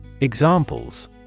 Examples